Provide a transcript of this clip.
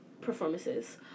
performances